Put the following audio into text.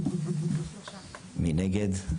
מי נגד?